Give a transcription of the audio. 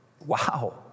Wow